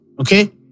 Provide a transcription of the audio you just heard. okay